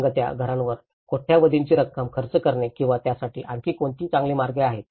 तरंगत्या घरांवर कोट्यवधींची रक्कम खर्च करणे किंवा त्यासाठी आणखी कोणतेही चांगले मार्ग आहेत